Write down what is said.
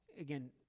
Again